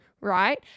right